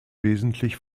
wesentlich